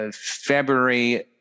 February